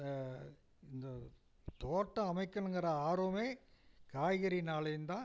இந்த இந்த தோட்டம் அமைக்கிணுங்கிற ஆர்வமே காய்கறினாலேயும் தான்